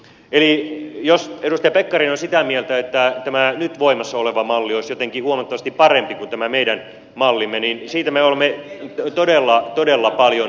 eli jos edustaja pekkarinen on sitä mieltä että tämä nyt voimassa oleva malli olisi jotenkin huomattavasti parempi kuin tämä meidän mallimme niin siitä me olemme todella paljon eri mieltä